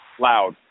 Loud